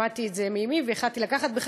שמעתי את זה מאמי והחלטתי לקחת את זה.